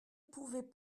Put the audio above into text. pouvez